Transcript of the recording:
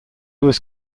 was